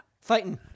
fighting